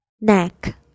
Neck